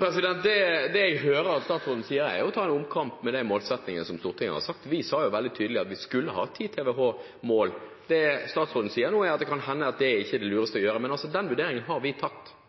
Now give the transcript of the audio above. Det jeg hører at statsråden sier, er at han tar en omkamp om de målsettingene som Stortinget har satt. Vi sa jo veldig tydelig at vi skulle ha et 10 TWh-mål. Det statsråden nå sier, er at det kan hende det ikke er det lureste å gjøre. Men den vurderingen har vi tatt.